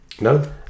no